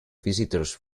visitors